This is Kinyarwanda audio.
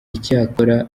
icyakora